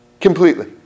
completely